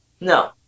No